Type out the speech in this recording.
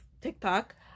TikTok